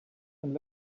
and